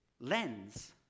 lens